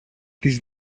της